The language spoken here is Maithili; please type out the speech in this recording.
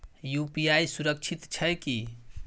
यु.पी.आई सुरक्षित छै की?